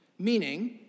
meaning